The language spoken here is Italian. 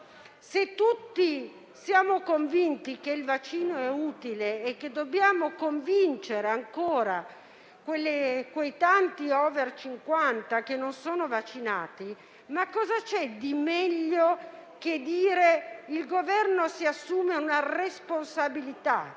se tutti siamo convinti che il vaccino è utile e dobbiamo convincere ancora i tanti *over* cinquanta che non sono vaccinati, cosa c'è di meglio che dire che il Governo si assume una responsabilità